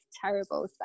terrible